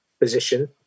position